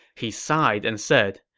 he sighed and said,